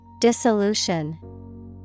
Dissolution